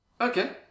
Okay